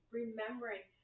remembering